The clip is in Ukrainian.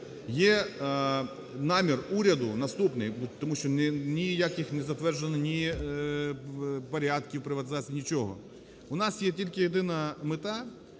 є намір уряду наступний. Тому що ніяких не затверджено ні порядків приватизації, нічого, у нас є тільки єдина мета: